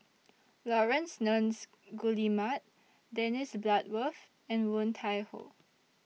Laurence Nunns Guillemard Dennis Bloodworth and Woon Tai Ho